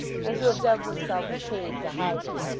and to have dug themselves a cave to hide in.